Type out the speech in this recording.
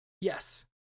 Yes